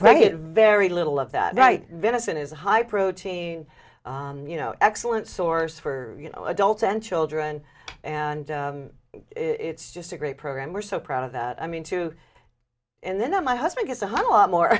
credit very little of that right venison is a high protein you know excellent source for you know adults and children and it's just a great program we're so proud of that i mean to and then my husband gets a whole lot more